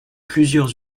plusieurs